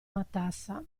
matassa